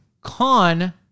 Con